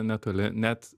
netoli net